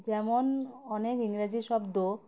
যেমন অনেক ইংরাজি শব্দ